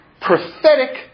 prophetic